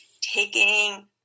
taking